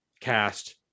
cast